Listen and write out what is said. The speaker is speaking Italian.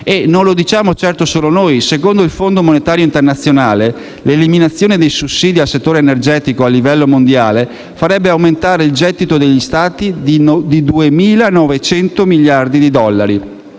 e non lo diciamo certo solo noi. Secondo il Fondo monetario internazionale, l'eliminazione dei sussidi al settore energetico a livello mondiale farebbe aumentare il gettito degli Stati di 2.900 miliardi di dollari